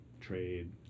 trade